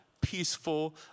peaceful